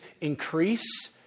increase